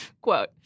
Quote